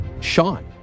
Sean